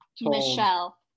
michelle